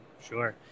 Sure